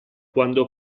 quando